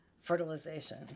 fertilization